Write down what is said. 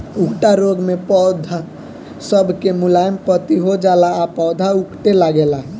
उकठा रोग मे पौध सब के मुलायम पत्ती हो जाला आ पौधा उकठे लागेला